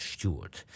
Stewart